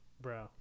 bro